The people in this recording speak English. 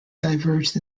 diverged